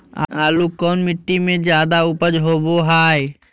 आलू कौन मिट्टी में जादा ऊपज होबो हाय?